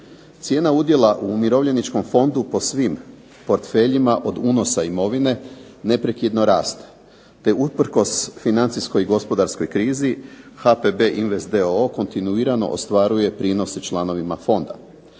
Cijena udjela u Umirovljeničkom fondu po svim portfeljima od unosa imovine neprekidno raste te usprkos financijskoj i gospodarskoj krizi HPB invest d.o.o. kontinuirano ostvaruje prinose članovima fonda.